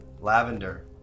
lavender